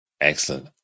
Excellent